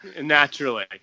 Naturally